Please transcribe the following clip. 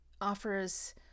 offers